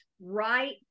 right